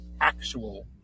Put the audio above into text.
actual